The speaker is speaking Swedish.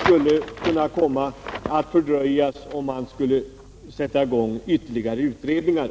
skulle kunna komma att fördröjas, om man satte i gång ytterligare utredningar.